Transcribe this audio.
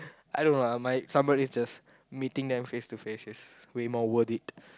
I don't know lah somebody just meeting them face to face is way more worth it